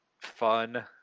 fun